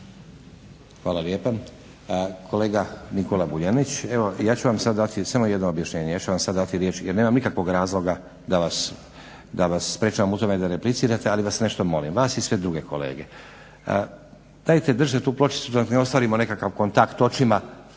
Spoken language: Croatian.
Hvala lijepa. Kolega Nikola Vuljanić. Evo ja ću vam sad dati samo jedno objašnjenje. Ja ću vam sad dati riječ jer nemam nikakvog razloga da vas sprječavam u tome da replicirate, ali vas nešto molim, vas i sve druge kolege, dajte držite tu pločicu dok ne ostvarimo nekakav kontakt očima,